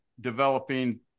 developing